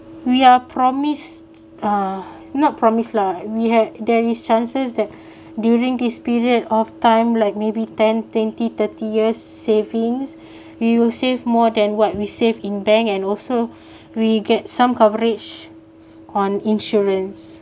we are promise uh not promise lah we had there is chances that during this period of time like maybe ten twenty thirty years savings we will save more than what we saved in bank and also we get some coverage on insurance